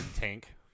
tank